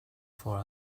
for